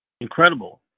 incredible